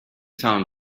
town